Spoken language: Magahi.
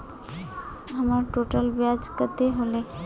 हमर टोटल ब्याज कते होले?